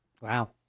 Wow